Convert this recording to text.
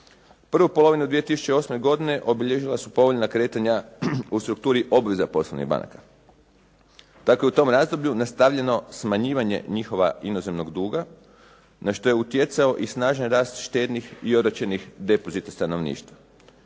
Prvu polovinu 2008. godine obilježila su povoljna kretanja u strukturi obveza poslovnih banaka tako je u tom razdoblju nastavljeno smanjivanje njihova inozemnog duga na što je utjecao i snažan rast štednih i oročenih depozita stanovništva.